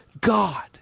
God